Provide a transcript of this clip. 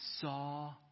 saw